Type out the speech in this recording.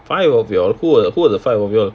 five of you all who were who were the five of you all